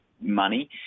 money